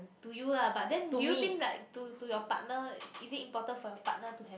to you lah but then do you think like to to your partner is it important for your partner to like